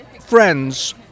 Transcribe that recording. friends